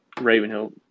ravenhill